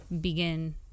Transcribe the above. begin